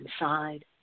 inside